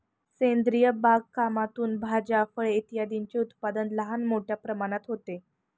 सेंद्रिय बागकामातून भाज्या, फळे इत्यादींचे उत्पादन लहान मोठ्या प्रमाणात होते